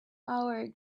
hour